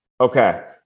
okay